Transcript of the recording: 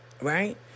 Right